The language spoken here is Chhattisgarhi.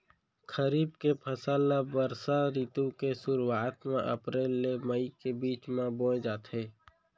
खरीफ के फसल ला बरसा रितु के सुरुवात मा अप्रेल ले मई के बीच मा बोए जाथे